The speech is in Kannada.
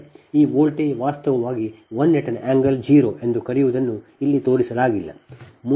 ಈ ವೋಲ್ಟೇಜ್ ವಾಸ್ತವವಾಗಿ ನೀವು 1∠0 ಎಂದು ಕರೆಯುವದನ್ನು ಇಲ್ಲಿ ತೋರಿಸಲಾಗಿಲ್ಲ